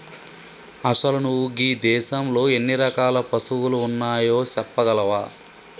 అసలు నువు గీ దేసంలో ఎన్ని రకాల పసువులు ఉన్నాయో సెప్పగలవా